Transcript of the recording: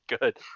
good